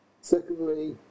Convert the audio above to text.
Secondly